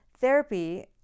therapy